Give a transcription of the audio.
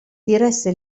diresse